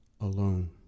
alone